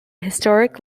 historic